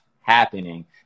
happening